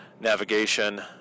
navigation